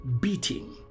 beating